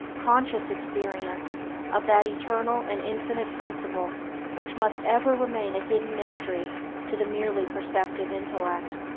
conscious experience of that eternal and infinite principle which must ever remain a hidden mystery to the merely perceptive intellect.